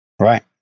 Right